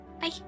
bye